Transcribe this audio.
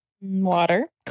Water